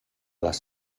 les